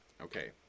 okay